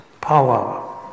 power